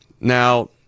Now